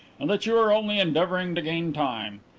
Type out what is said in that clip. and that you are only endeavouring to gain time.